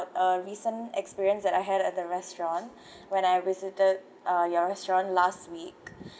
uh recent experience that I had at the restaurant when I visited uh your restaurant last week